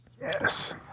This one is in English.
Yes